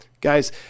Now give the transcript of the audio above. Guys